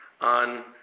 on